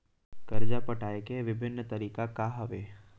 करजा पटाए के विभिन्न तरीका का हवे?